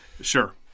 Sure